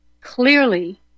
clearly